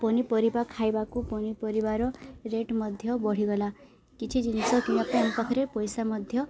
ପନିପରିବା ଖାଇବାକୁ ପନିପରିବାର ରେଟ୍ ମଧ୍ୟ ବଢ଼ିଗଲା କିଛି ଜିନିଷ କିମ୍ବା ପାଖରେ ପଇସା ମଧ୍ୟ